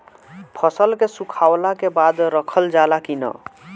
फसल के सुखावला के बाद रखल जाला कि न?